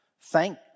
Thank